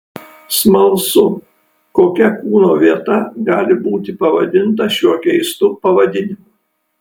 smalsu kokia kūno vieta gali būti pavadinta šiuo keistu pavadinimu